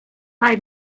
bei